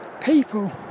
people